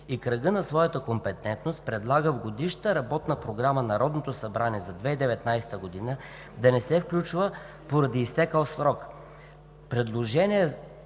в кръга на своята компетентност предлага в Годишната работна програма на Народното събрание за 2019 г. да не се включва поради изтекъл срок Предложение